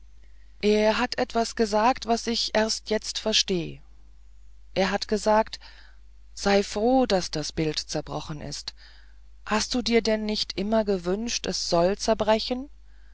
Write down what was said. er hat etwas gesagt was ich erst jetzt versteh er hat gesagt sei froh daß das bild zerbrochen ist hast du dir denn nicht immer gewünscht es soll zerbrechen